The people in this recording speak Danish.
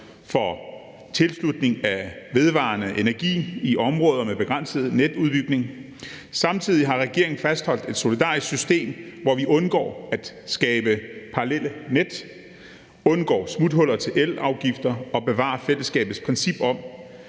for tilslutning af vedvarende energi i områder med begrænset netudbygning. Samtidig har regeringen fastholdt et solidarisk system, hvor vi undgår at skabe parallelle net, undgår smuthuller i elafgifter og bevarer fællesskabets princip om,